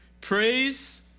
praise